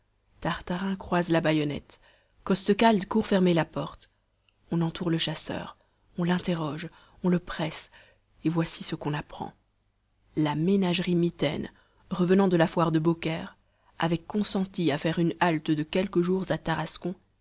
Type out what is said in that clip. tartarin croise la baïonnette costecalde court fermer la porte on entoure le chasseur on l'interroge on le presse et voici ce qu'on apprend la ménagerie mitaine revenant de la foire de beaucaire avait consenti à faire une halte de quelques jours à tarascon